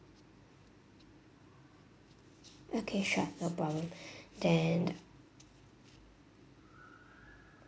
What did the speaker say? okay sure no problem then